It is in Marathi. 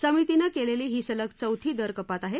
समितीनछिलेली ही सलग चौथी दर कपात आहे